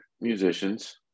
musicians